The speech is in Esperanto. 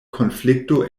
konflikto